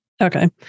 Okay